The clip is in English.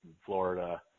Florida